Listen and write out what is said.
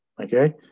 Okay